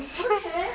okay